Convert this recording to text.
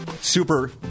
super